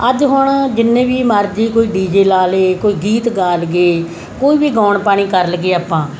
ਅੱਜ ਹੁਣ ਜਿੰਨੇ ਵੀ ਮਰਜ਼ੀ ਕੋਈ ਡੀ ਜੇ ਲਾ ਲਏ ਕੋਈ ਗੀਤ ਗਾ ਲਈਏ ਕੋਈ ਵੀ ਗਾਉਣ ਪਾਣੀ ਕਰ ਲਈਏ ਆਪਾਂ